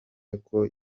yuko